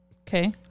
Okay